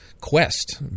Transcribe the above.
quest